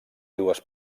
dues